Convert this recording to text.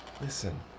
listen